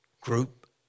group